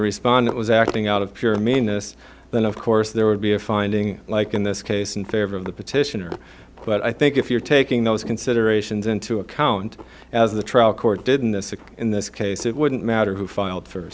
respond it was acting out of pure meanness then of course there would be a finding like in this case in favor of the petitioner but i think if you're taking those considerations into account as the trial court did in this in this case it wouldn't matter who filed f